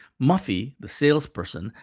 muffy, the salesperson,